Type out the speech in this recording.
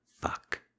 fuck